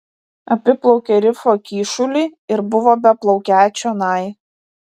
apiplaukė rifo kyšulį ir buvo beplaukią čionai